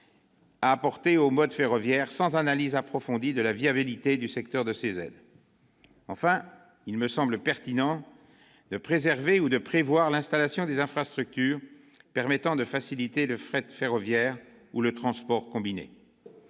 apportées au mode ferroviaire sans analyse approfondie de la viabilité du secteur sans ces aides. Enfin, il me semble pertinent de préserver ou de prévoir l'installation des infrastructures permettant de faciliter le fret ferroviaire ou le transport combiné,